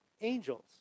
angels